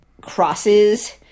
crosses